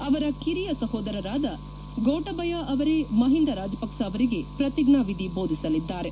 ಅವರ ಕಿರಿಯ ಸಹೋದರರಾದ ಗೋಟಾಬಯಾ ಅವರೇ ಮಹಿಂದಾ ರಾಜಪಕ್ಷ ಅವರಿಗೆ ಪ್ರತಿಜ್ಞಾವಿಧಿ ಬೋಧಿಸಲಿದ್ದಾರೆ